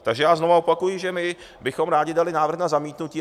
Takže znova opakuji, že my bychom rádi dali návrh na zamítnutí.